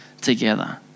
together